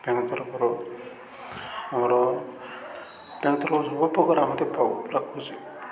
bank ତରଫରୁ ଆମର bank ତରଫରୁ ସବୁପ୍ରକାର ଆମକୁ ପାଉ ପାଖୁଛି